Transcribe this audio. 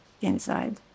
inside